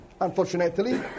unfortunately